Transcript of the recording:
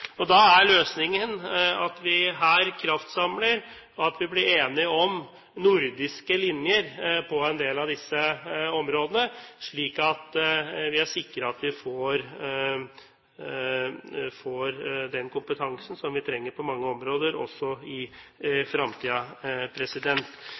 Da er løsningen at vi her kraftsamler, og at vi blir enige om nordiske linjer på en del av disse områdene, slik at vi er sikret at vi får den kompetansen som vi trenger på mange områder, også i